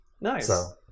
Nice